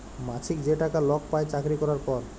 মাছিক যে টাকা লক পায় চাকরি ক্যরার পর